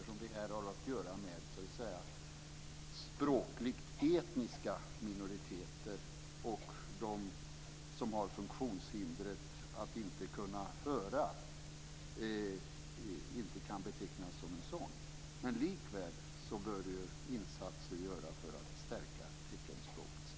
Här har vi ju att göra med språkligt etniska minoriteter. De som har funktionshindret att inte kunna höra kan inte betecknas som en sådan. Men likväl bör insatser göras för att stärka teckenspråkets ställning.